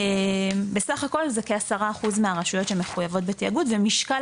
בסך הכל זה כ- 10% מהרשויות שמחויבות בתאגוד ומשקל